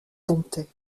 domptait